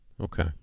Okay